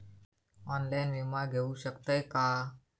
Online विमा घेऊ शकतय का?